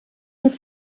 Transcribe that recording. mit